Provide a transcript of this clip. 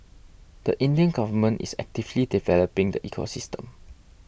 the Indian government is actively developing the ecosystem